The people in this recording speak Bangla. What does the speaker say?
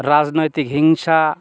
রাজনৈতিক হিংসা